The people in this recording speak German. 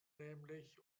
nämlich